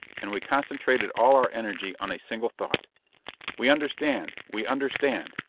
and we concentrated all our energy on a single thought we understand. we understand.